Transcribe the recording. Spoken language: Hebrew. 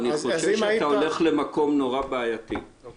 אני חושש שאתה הולך למקום נורא בעייתי כי